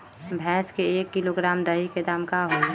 भैस के एक किलोग्राम दही के दाम का होई?